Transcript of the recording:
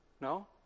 No